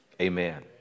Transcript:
Amen